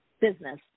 business